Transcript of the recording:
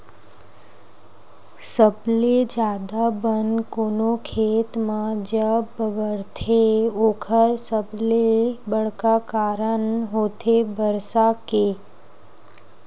सबले जादा बन कोनो खेत म जब बगरथे ओखर सबले बड़का कारन होथे बरसा के